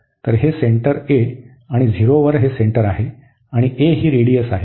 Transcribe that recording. तर हे centre a आणि 0 वर हे सेंटर आहे आणि a ही रेडिअस आहे